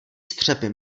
střepy